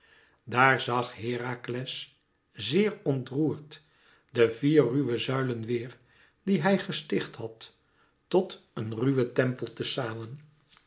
daar zag herakles zeer ontroerd de vier ruwe zuilen weêr die hij gesticht had tot een ruwen tempel te zamen